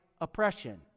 oppression